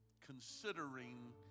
Considering